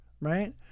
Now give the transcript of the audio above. right